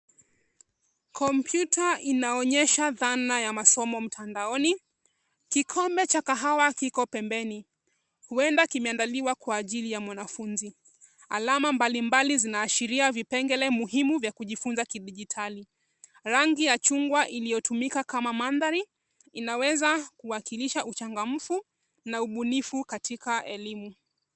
Kompyuta inaonyesha dhana ya masomo mtandaoni. Kikombe cha kahawa kiko pembeni, huenda kimeandaliwa kwa ajili ya mwanafunzi. Alama mbalimbali zinaashiria vipengele muhimu vya kujifunza kidijitali. Rangi ya chungwa iliyotumika kama mandhari inaweza kuwakilisha uchangamfu na ubunifu katika elimu.